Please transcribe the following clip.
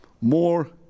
more